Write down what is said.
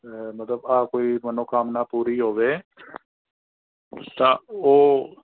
ਮਤਲਬ ਆ ਕੋਈ ਮਨੋਕਾਮਨਾ ਪੂਰੀ ਹੋਵੇ ਤਾਂ ਉਹ